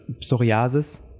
psoriasis